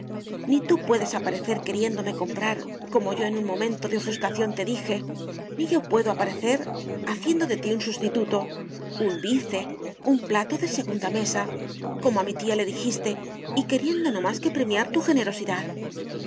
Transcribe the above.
ni tú puedes aparecer queriéndome comprar como yo en un momento de ofuscación te dije ni yo puedo aparecer haciendo de ti un sustituto un vice un plato de segunda mesa como a mi tía le dijiste y queriendo no más que premiar tu generosidad